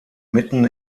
mitten